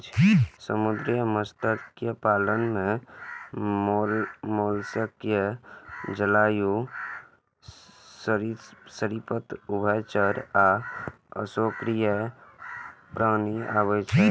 समुद्री मत्स्य पालन मे मोलस्क, जलीय सरिसृप, उभयचर आ अकशेरुकीय प्राणी आबै छै